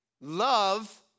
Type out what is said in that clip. Love